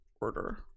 order